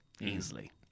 easily